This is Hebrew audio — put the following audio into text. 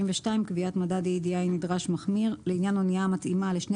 72.קביעת מדד EEDI נדרש מחמיר לעניין אנייה המתאימה לשני